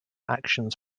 actions